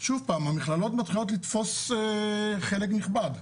שוב פעם, המכללות מתחילות לתפוס חלק נכבד.